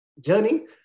journey